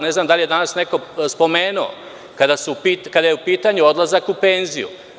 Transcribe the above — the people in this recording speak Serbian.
Ne znam da li je to danas neko spomenuo, kada je u pitanju odlazak u penziju.